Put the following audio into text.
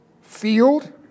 field